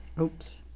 Oops